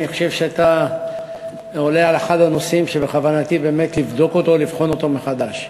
אני חושב שאתה עולה על אחד הנושאים שבכוונתי באמת לבחון אותם מחדש.